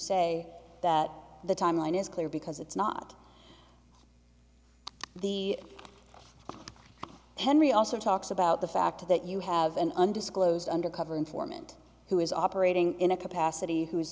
say that the timeline is clear because it's not the henry also talks about the fact that you have an undisclosed undercover informant who is operating in a capacity who